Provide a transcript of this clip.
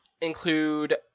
include